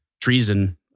treason